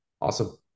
Awesome